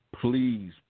Please